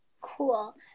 cool